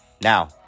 Now